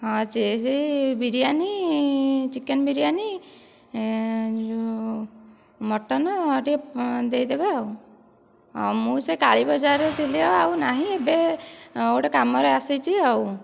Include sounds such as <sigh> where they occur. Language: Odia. ହଁ <unintelligible> ଯେ ବିରିୟାନୀ ଚିକେନ ବିରିୟାନୀ ଯେଉଁ ମଟନ ଆଉ ଟିକେ ଦେଇଦେବେ ଆଉ ହଁ ମୁଁ ସେ କାଳୀ ବଜାରରେ ଥିଲି ଆଉ ଆଉ ନାହିଁ ଏବେ ଗୋଟିଏ କାମରେ ଆସିଛି ଆଉ